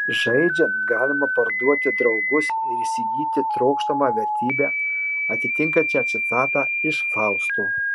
žaidžiant galima parduoti draugus ir įsigyti trokštamą vertybę atitinkančią citatą iš fausto